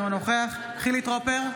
אינו נוכח חילי טרופר,